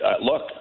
look